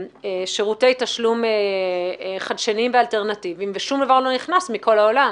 שירותי תשלום חדשניים ואלטרנטיביים ושום דבר לא נכנס מכל העולם.